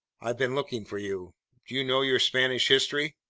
i've been looking for you. do you know your spanish history?